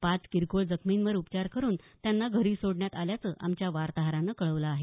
पाच किरकोळ जखमींवर उपचार करून त्यांना घरी सोडण्यात आल्याचं आमच्या वार्ताहरानं कळवलं आहे